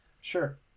Sure